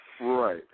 right